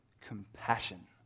compassion